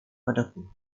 padaku